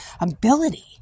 ability